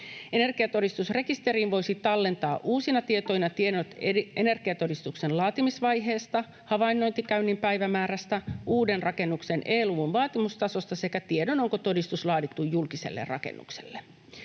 Energiatodistusrekisteriin voisi tallentaa uusina tietoina tiedot energiatodistuksen laatimisvaiheesta, havainnointikäynnin päivämäärästä ja uuden rakennuksen E-luvun vaatimustasosta sekä tiedon, onko todistus laadittu julkiselle rakennukselle.